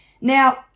now